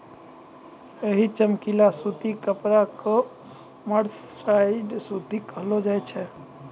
यही चमकीला सूती कपड़ा कॅ मर्सराइज्ड सूती कहलो जाय छै